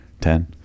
Ten